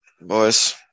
boys